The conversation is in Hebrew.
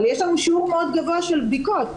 אבל יש לנו שיעור מאוד גבוה של בדיקות.